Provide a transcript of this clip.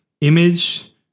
image